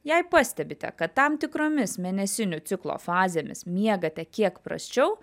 jei pastebite kad tam tikromis mėnesinių ciklo fazėmis miegate kiek prasčiau